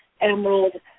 Emerald